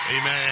Amen